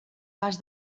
pas